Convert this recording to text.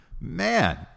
man